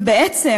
ובעצם,